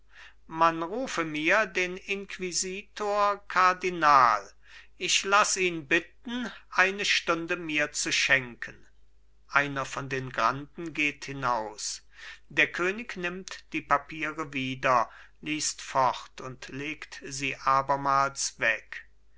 man rufe mir den inquisitor kardinal ich laß ihn bitten eine stunde mir zu schenken einer von den granden geht hinaus der könig nimmt die papiere wieder liest fort und legt sie abermals weg